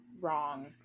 wrong